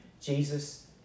Jesus